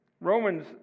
Romans